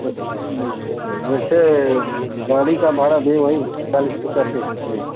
तो नहीं जैसे गाड़ी का भाड़ा भी वही चालीस पच्चासी